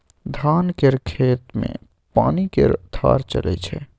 धान केर खेत मे पानि केर धार चलइ छै